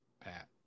Pat